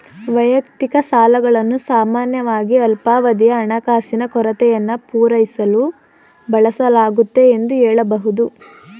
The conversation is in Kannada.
ವೈಯಕ್ತಿಕ ಸಾಲಗಳನ್ನು ಸಾಮಾನ್ಯವಾಗಿ ಅಲ್ಪಾವಧಿಯ ಹಣಕಾಸಿನ ಕೊರತೆಯನ್ನು ಪೂರೈಸಲು ಬಳಸಲಾಗುತ್ತೆ ಎಂದು ಹೇಳಬಹುದು